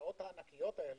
ההשקעות הענקיות האלה,